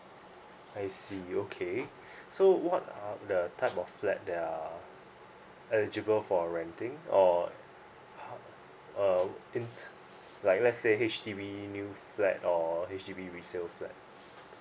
I see okay so what are the type of flat that are eligible for renting or uh uh like lets say H_D_B new flat or actually resale flat